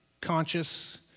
conscious